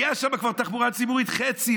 הייתה שם תחבורה ציבורית, חצי.